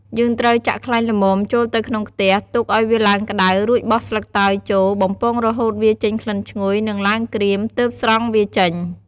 យើងត្រូវចាក់់ខ្លាញ់ល្មមចូលទៅក្នុងខ្ទះ ទុកឲ្យវាឡើងក្ដៅ រួចបោះស្លឹកតើយចូល បំពងរហូតវាចេញក្លិនឈ្ងុយ និង ឡើងក្រៀម ទើបស្រង់វាចេញ។